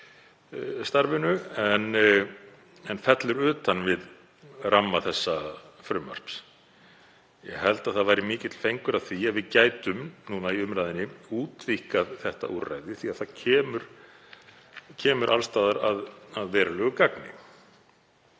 en fellur utan við ramma þessa frumvarps. Ég held að það væri mikill fengur að því ef við gætum núna í umræðunni útvíkkað þetta úrræði, því að það kemur alls staðar að verulegu gagni.